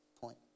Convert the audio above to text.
point